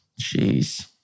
Jeez